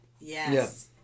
Yes